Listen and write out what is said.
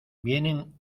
vienen